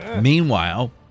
meanwhile